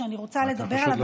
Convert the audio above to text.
שאני רוצה לדבר עליו,